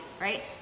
right